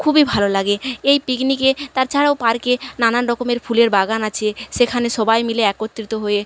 খুবই ভালো লাগে এই পিকনিকে তাছাড়াও পার্কে নানান রকমের ফুলের বাগান আছে সেখানে সবাই মিলে একত্রিত হয়ে